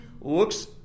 looks